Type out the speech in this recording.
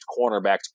cornerbacks